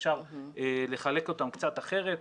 אפשר לחלק אותם קצת אחרת: